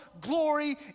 glory